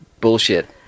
bullshit